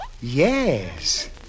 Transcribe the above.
Yes